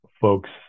folks